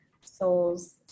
souls